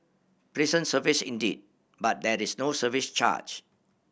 pleasant service indeed but there is no service charge